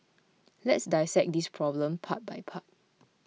let's dissect this problem part by part